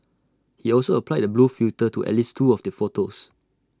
he also applied A blue filter to at least two of the photos